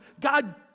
God